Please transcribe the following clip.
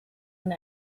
and